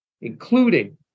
including